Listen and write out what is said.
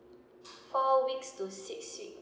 four weeks to six weeks